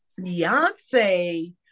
Beyonce